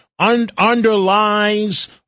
underlies